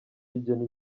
rigena